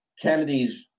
Kennedy's